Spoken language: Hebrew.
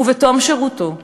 ובתום שירותו ישוב,